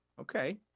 Okay